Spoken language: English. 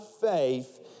faith